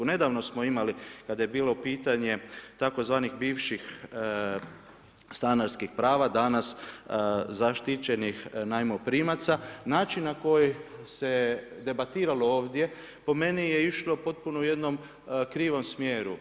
Nedavno smo imali kada je bilo pitanje tzv. bivših stanarskih prava, danas zaštićenih najmoprimaca način na koji se debatiralo ovdje po meni je išlo u potpuno jednom krivom smjeru.